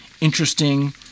interesting